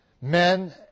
Men